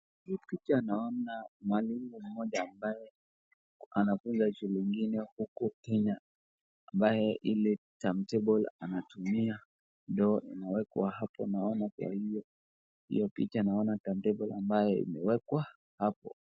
Kwa hii picha naona mwalimu mmoja ambaye anafunza shule ingine huku Kenya, ambaye ile timetable anatumia ndio imewekwa hapo. Naona kwa hiyo picha naona timetabe imewekwa hapo.